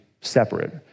separate